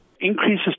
increases